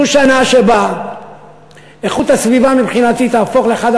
זו שנה שבה איכות הסביבה מבחינתי תהפוך לאחד